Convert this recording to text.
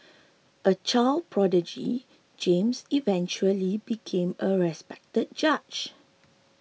a child prodigy James eventually became a respected judge